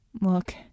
Look